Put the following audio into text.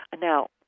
Now